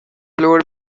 floor